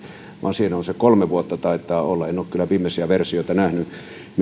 vaan siinä taitaa olla se kolme vuotta en ole kyllä nähnyt viimeisiä versioita